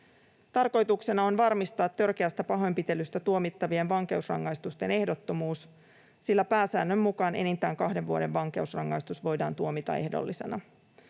Tarkoituksena on varmistaa törkeästä pahoinpitelystä tuomittavien vankeusrangaistusten ehdottomuus, sillä pääsäännön mukaan enintään kahden vuoden vankeusrangaistus voidaan tuomita ehdollisena.